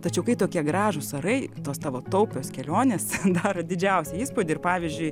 tačiau kai tokie gražūs orai tos tavo taupios kelionės daro didžiausią įspūdį ir pavyzdžiui